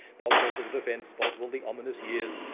boswell for the defense, boswell the ominous years.